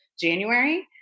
January